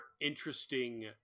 interesting